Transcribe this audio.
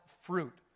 fruit